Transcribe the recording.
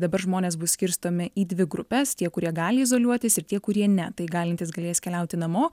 dabar žmonės bus skirstomi į dvi grupes tie kurie gali izoliuotis ir tie kurie ne tai galintys galės keliauti namo